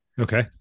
Okay